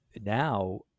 now